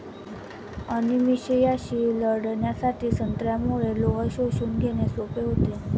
अनिमियाशी लढण्यासाठी संत्र्यामुळे लोह शोषून घेणे सोपे होते